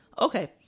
Okay